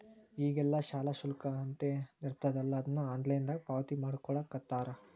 ಈಗೆಲ್ಲಾ ಶಾಲಾ ಶುಲ್ಕ ಅಂತೇನಿರ್ತದಲಾ ಅದನ್ನ ಆನ್ಲೈನ್ ದಾಗ ಪಾವತಿಮಾಡ್ಕೊಳ್ಳಿಖತ್ತಾರ